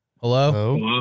Hello